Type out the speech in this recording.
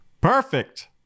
Perfect